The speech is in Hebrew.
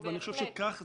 אני חלק מהחונטה.